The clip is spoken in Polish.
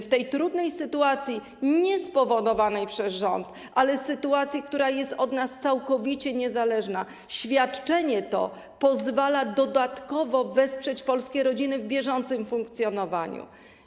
W tej trudnej sytuacji, nie sytuacji spowodowanej przez rząd, ale sytuacji, która jest od nas całkowicie niezależna, świadczenie to pozwala dodatkowo wesprzeć polskie rodziny w bieżącym funkcjonowaniu.